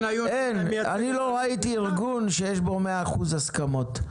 אני לא ראיתי ארגון שיש בו מאה אחוז הסכמות,